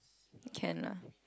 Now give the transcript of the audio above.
can lah